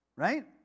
Right